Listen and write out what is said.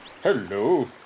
Hello